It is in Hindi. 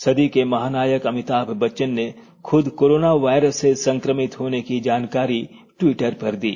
सदी के महानायक अमिताभ बच्चन ने खुद कोरोना वायरस से संक्रमित होने की जानकारी ट्विटर पर दी